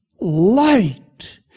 light